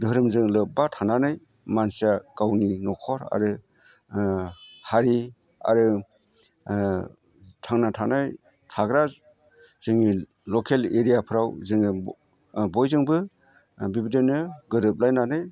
धोरोमजों लोब्बा थानानै मानसिया गावनि न'खर आरो हारि आरो थांना थानो हानाय जाग्रा लखेल एरियाफ्राव जों बयजोंबो बेबायदिनो गोरोबलायनानै